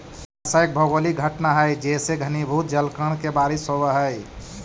वर्षा एक भौगोलिक घटना हई जेसे घनीभूत जलकण के बारिश होवऽ हई